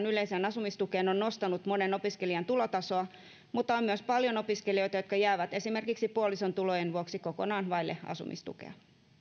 yleiseen asumistukeen on on nostanut monen opiskelijan tulotasoa mutta on myös paljon opiskelijoita jotka jäävät esimerkiksi puolison tulojen vuoksi kokonaan vaille asumistukea